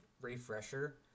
refresher